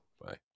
Bye